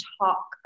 talk